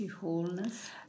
wholeness